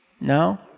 No